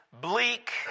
bleak